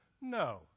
No